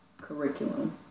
curriculum